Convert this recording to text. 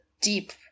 deep